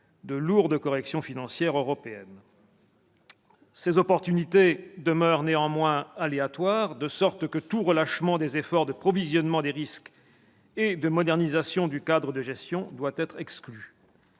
de lourdes corrections financières européennes. Ces événements demeurant néanmoins aléatoires, tout relâchement des efforts de provisionnement des risques et de modernisation du cadre de gestion doit être exclu.